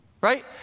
Right